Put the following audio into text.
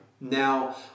Now